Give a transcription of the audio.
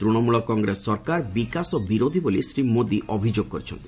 ତ୍ତଣମୂଳ କଂଗ୍ରେସ ସରକାର ବିକାଶ ବିରୋଧୀ ବୋଲି ଶ୍ରୀ ମୋଦି ଅଭିଯୋଗ କରିଛନ୍ତି